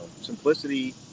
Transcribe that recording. Simplicity